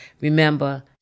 Remember